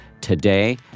today